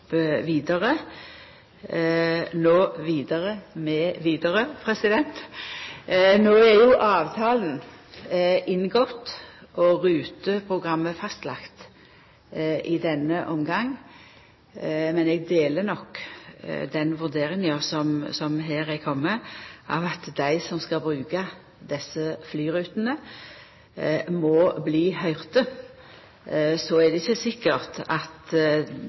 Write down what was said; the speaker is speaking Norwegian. vidare – vidare med Widerøe! No er avtalen inngått og ruteprogrammet fastlagt i denne omgangen. Men eg deler den vurderinga om at dei som skal bruka desse flyrutene, må bli høyrde. Så er det ikkje sikkert at